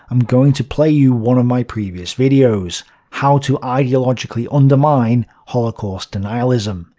i'm going to play you one of my previous videos how to ideologically undermine holocaust denialism.